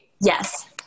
Yes